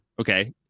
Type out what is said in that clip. Okay